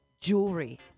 jewelry